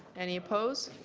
any opposed?